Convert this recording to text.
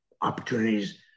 opportunities